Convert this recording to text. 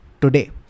today